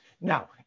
Now